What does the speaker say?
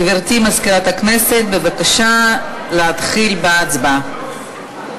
גברתי מזכירת הכנסת, בבקשה, להתחיל בהצבעה.